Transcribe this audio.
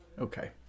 Okay